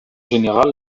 générale